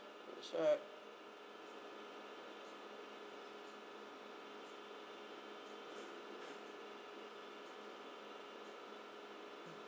let me check